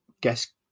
guess